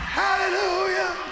hallelujah